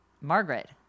Margaret